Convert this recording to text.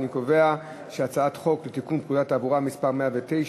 אני קובע שהצעת החוק לתיקון פקודת התעבורה (מס' 129),